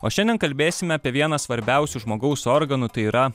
o šiandien kalbėsime apie vieną svarbiausių žmogaus organų tai yra